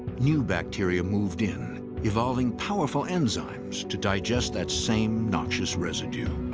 new bacteria moved in, evolving powerful enzymes to digest that same noxious residue.